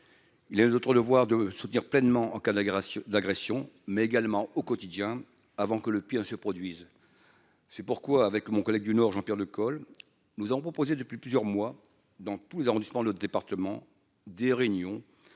a une autre devoir de soutenir pleinement en cas d'agression, d'agression, mais également au quotidien, avant que le pire ne se produise, c'est pourquoi, avec mon collègue du Nord Jean-Pierre le col, nous avons proposé depuis plusieurs mois dans tous les arrondissements, le département des réunions